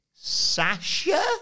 Sasha